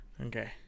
Okay